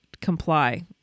comply